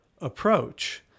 approach